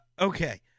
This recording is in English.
Okay